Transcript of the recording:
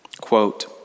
Quote